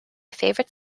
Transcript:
favourite